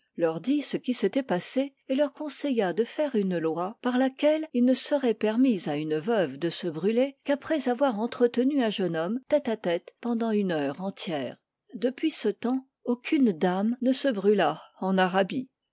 leur dit ce qui s'était passé et leur conseilla de faire une loi par laquelle il ne serait permis à une veuve de se brûler qu'après avoir entretenu un jeune homme tête à tête pendant une heure entière depuis ce temps aucune dame ne se brûla en arabie